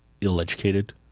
ill-educated